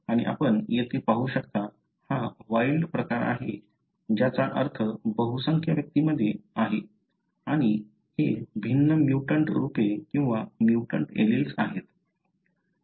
आणि आपण येथे पाहू शकता हा वाइल्ड प्रकार आहे ज्याचा अर्थ बहुसंख्य व्यक्तींमध्ये आहे आणि हे भिन्न म्युटंट रूपे किंवा म्युटंट एलिल्स आहेत